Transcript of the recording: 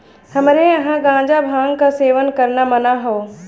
हमरे यहां गांजा भांग क सेवन करना मना हौ